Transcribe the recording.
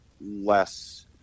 less